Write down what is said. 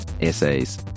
essays